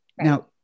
Now